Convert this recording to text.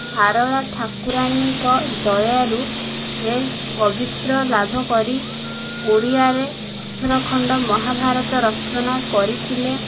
ସାରଳା ଠାକୁରାଣୀଙ୍କ ଦୟାରୁ ସେ କବିତ୍ୱ ଲାଭ କରି ଓଡ଼ିଆରେ ଅଠର ଖଣ୍ଡ ମହାଭାରତ ରଚନା କରିଥିଲେ